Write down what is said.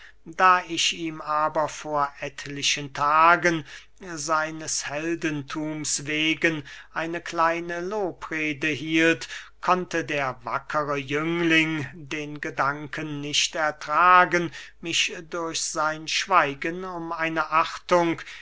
da ich ihm aber vor etlichen tagen seines heldenthums wegen eine kleine lobrede hielt konnte der wackere jüngling den gedanken nicht ertragen mich durch sein schweigen um eine achtung